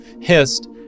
hissed